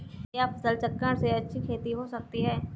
क्या फसल चक्रण से अच्छी खेती हो सकती है?